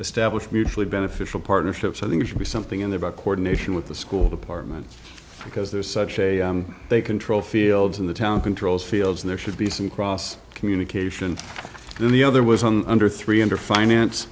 establish mutually beneficial partnerships i think it should be something in there about coordination with the school departments because there's such a they control fields in the town controls field and there should be some cross communication between the other was on under three hundred finance